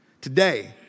Today